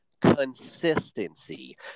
consistency